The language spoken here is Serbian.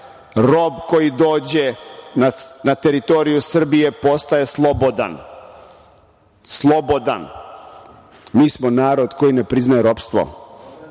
rob koji dođe na teritoriju Srbije postaje slobodan. Slobodan. Mi smo narod koji ne priznaje robstvo.